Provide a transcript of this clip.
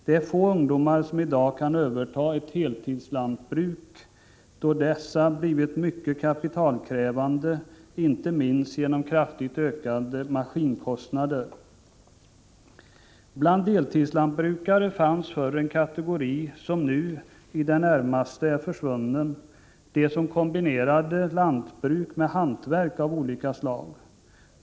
Det är få ungdomar som i dag kan överta ett heltidslantbruk, då dessa blivit mycket kapitalkrävande, inte minst genom kraftigt ökade maskinkostnader. Bland deltidslantbrukare fanns förr en kategori som nu är i det närmaste försvunnen: de som kombinerade lantbruk med hantverk av olika slag.